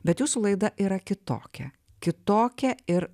bet jūsų laida yra kitokia kitokia ir